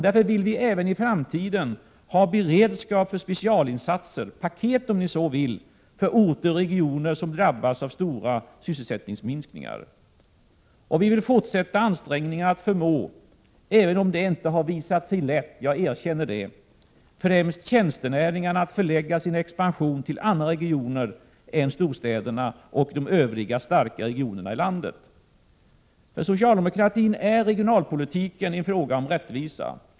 Därför vill vi även i framtiden ha beredskap för att kunna sätta in specialinsatser — paket om ni så vill — för orter och regioner som drabbas av stora sysselsättningsminskningar. Vi vill också fortsätta ansträngningarna att förmå — även om det inte har visat sig lätt, jag erkänner det — främst tjänstenäringarna att förlägga sin expansion till andra regioner än till storstäderna och de övriga starka regionerna i landet. För socialdemokratin är regionalpolitiken en fråga om rättvisa.